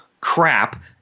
crap